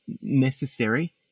necessary